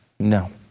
No